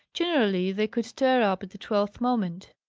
generally, they could tear up at the twelfth moment.